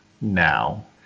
now